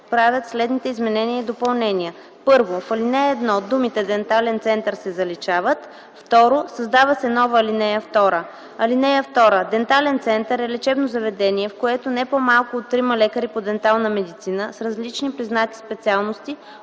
правят следните изменения и допълнения: 1. В ал. 1 думите „дентален център” се заличават. 2. Създава се нова ал. 2: „(2) Дентален център е лечебно заведение, в което не по-малко от трима лекари по дентална медицина с различни признати специалности